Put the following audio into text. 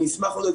אני אשמח לענות.